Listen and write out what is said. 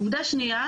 עובדה שנייה,